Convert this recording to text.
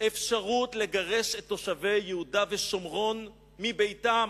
אפשרות לגרש את תושבי יהודה ושומרון מביתם.